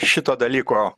šito dalyko